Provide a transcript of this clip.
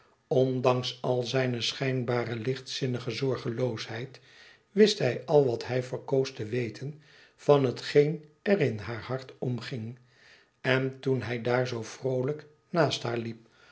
ondanks al zijne schijnbare lichtzinnige zorgeloosheid wist hij al wat hij verkoos te weten van hetgeen er in haar hart omging n toen hij daar zoo vroolijk naast haar liep